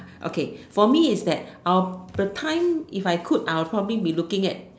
okay for me is that I'll the time if I could I will probably be looking at